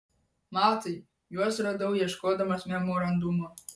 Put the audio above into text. matai juos radau ieškodamas memorandumo